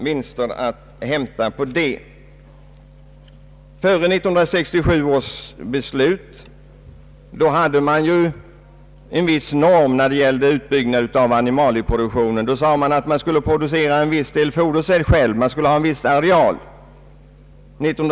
Före 1967 års beslut tillämpades ju en viss norm när det gällde utbyggnad av animalieproduktionen: man skulle producera viss del fodersäd själv och ha viss areal för detta.